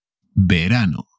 Verano